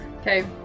Okay